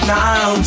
now